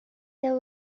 there